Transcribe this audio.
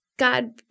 God